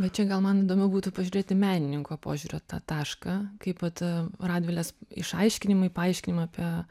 bet čia gal man įdomiau būtų pažiūrėt į menininko požiūrio tą tašką kaip vat radvilės išaiškinimai paaiškinimai apie